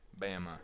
Bama